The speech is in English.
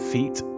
Feet